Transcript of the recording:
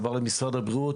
עבר למשרד הבריאות,